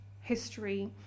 history